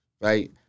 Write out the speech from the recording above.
right